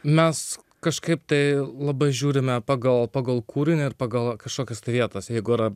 mes kažkaip tai labai žiūrime pagal pagal kūrinį ir pagal kažkokias vietas jeigu yra